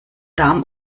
darm